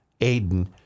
Aiden